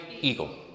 eagle